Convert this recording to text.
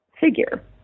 figure